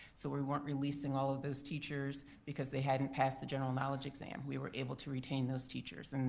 so we weren't releasing all of those teachers because they hadn't passed the general knowledge exam. we were able to retain those teachers. and